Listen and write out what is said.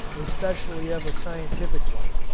especially of a scientific one,